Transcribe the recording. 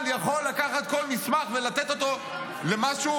יכול לקחת כל מסמך ולתת אותו למשהו,